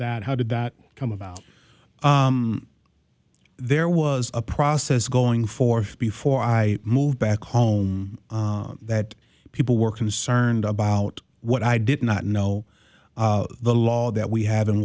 that how did that come about there was a process going for before i moved back home that people were concerned about what i did not know the law that we have in